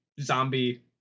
zombie